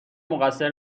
مقصر